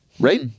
Right